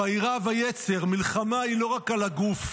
"וירא --- ויצר": מלחמה היא לא רק על הגוף,